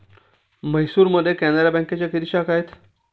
म्हैसूरमध्ये कॅनरा बँकेच्या किती शाखा आहेत?